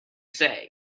say